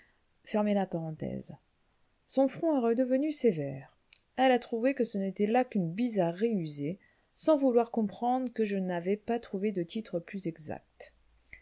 son front est redevenu sévère elle a trouvé que ce n'était là qu'une bizarrerie usée sans vouloir comprendre que je n'avais pas trouvé de titre plus exact